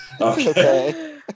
Okay